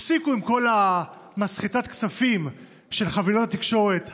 הפסיקו עם כל מסחטת הכספים של חבילות התקשורת הסלולריות,